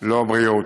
לא בריאות,